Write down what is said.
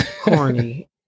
corny